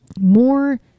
more